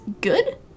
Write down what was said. good